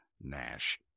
Nash